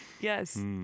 Yes